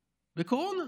לקורונה.